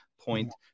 point